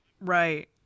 Right